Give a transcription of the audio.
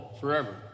forever